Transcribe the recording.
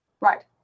right